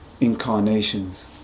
incarnations